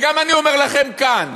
גם אני אומר לכם כאן,